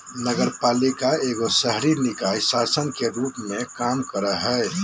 नगरपालिका एगो शहरी निकाय शासन के रूप मे काम करो हय